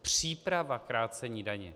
Příprava krácení daně.